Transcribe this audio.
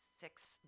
six